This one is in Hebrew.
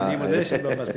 אני, אני מודה שהתבלבלתי.